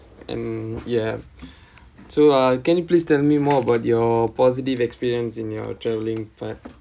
and you have so uh can you please tell me more about your positive experience in your travelling part